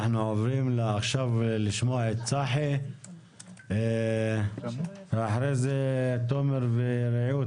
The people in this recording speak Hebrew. אנחנו עוברים עכשיו לשמוע את צחי ואחרי זה תומר ורעות,